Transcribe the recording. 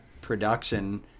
production